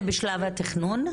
זה בשלב התכנון?